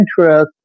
interest